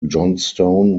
johnstone